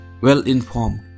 well-informed